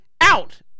out